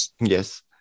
Yes